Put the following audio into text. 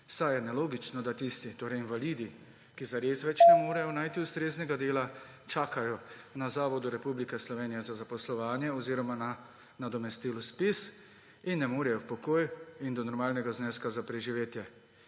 saj je nelogično, da invalidi, ki zares več ne morejo najti ustreznega dela, čakajo na Zavodu Republike Slovenije za zaposlovanje oziroma na nadomestilo ZPIZ in ne morejo v pokoj in do normalnega zneska za preživetje;